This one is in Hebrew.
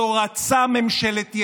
היבה יזבק, חברת הכנסת, לא נמצאת,